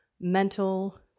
mental